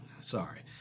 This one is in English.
Sorry